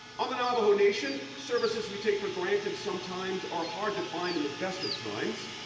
on the navajo nation, services we take for granted sometimes are hard to find in the best of times.